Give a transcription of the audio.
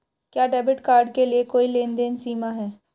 क्या debit card के लिए कोई लेनदेन सीमा है?